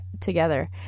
together